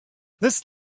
this